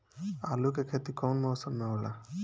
आलू के खेती कउन मौसम में होला?